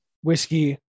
whiskey